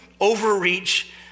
overreach